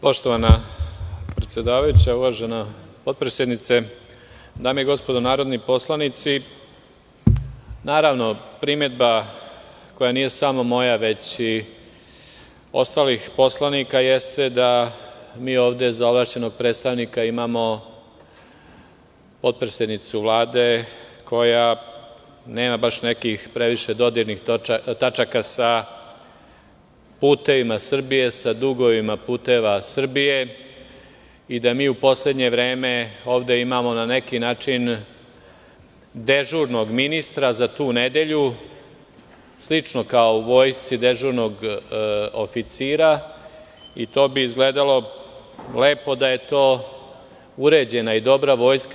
Poštovana predsedavajuća, uvažena potpredsednice, dame i gospodo narodni poslanici, primedba, koja nije samo moja već i ostalih poslanika, jeste da mi ovde za ovlašćenog predstavnika imamo potpredsednicu Vlade koja nema baš nekih previše dodirnih tačaka sa "Putevima Srbije",sa dugovima "Puteva Srbije" i da mi u poslednje vreme ovde imamo na neki način dežurnog ministra za tu nedelju, slično kao u vojsci - dežurnog oficira i to bi izgledalo lepo da je to uređena i dobra vojska.